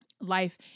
Life